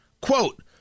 Quote